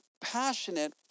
passionate